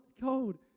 cold